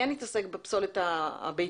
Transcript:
כן נתעסק בפסולת הביתית.